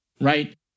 right